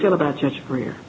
feel about your career